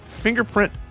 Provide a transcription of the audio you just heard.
fingerprint